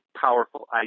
powerful